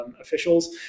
officials